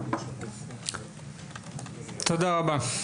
תודה רבה.